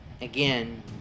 again